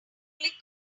click